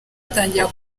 atangira